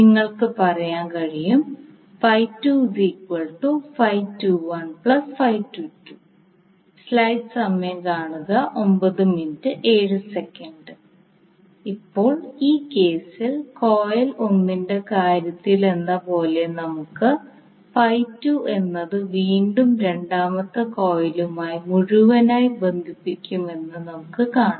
നിങ്ങൾക്ക് പറയാൻ കഴിയും ഇപ്പോൾ ഈ കേസിൽ കോയിൽ 1 ന്റെ കാര്യത്തിലെന്നപോലെ നമുക്ക് എന്നത് വീണ്ടും രണ്ടാമത്തെ കോയിലുമായി മുഴുവനായി ബന്ധിപ്പിക്കുമെന്ന് നമുക്ക് കാണാം